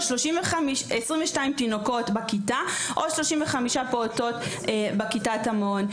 22 תינוקות בכיתה או 35 פעוטות בכיתת המעון.